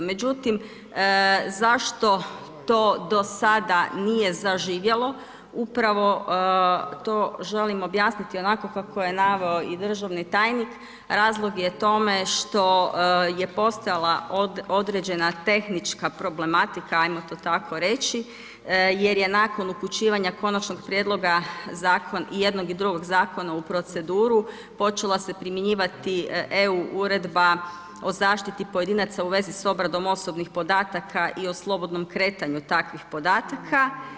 Međutim zašto to do sada nije zaživjelo, upravo to želim objasniti onako kako je naveo i državni tajnik a razlog je tome što je postojala određena tehnička problematika, ajmo to tako reći jer je nakon upućivanja konačnog prijedloga i jednoga i drugog zakona u proceduru, počel se primjenjivati EU uredba o zaštiti pojedinaca u vezi sa obradom osobnih podataka i o slobodnom kretanju takvih podataka.